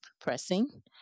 pressing